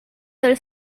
del